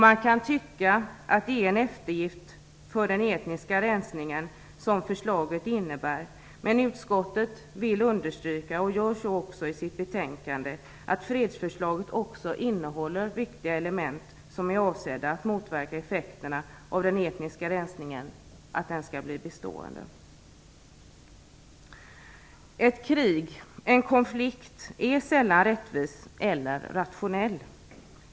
Man kan tycka att det är en eftergift för den etniska rensningen som förslaget innebär. Men utskottet vill understryka att fredsförslaget också innehåller viktiga element som är avsedda att motverka effekterna av den etniska rensningen, så att den inte skall bli bestående. Ett krig, en konflikt är sällan rättvis eller rationell.